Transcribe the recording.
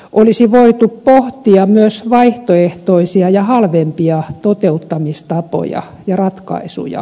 olisi voitu pohtia myös vaihtoehtoisia ja halvempia toteuttamistapoja ja ratkaisuja